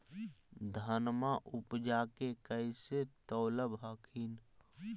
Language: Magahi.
धनमा उपजाके कैसे तौलब हखिन?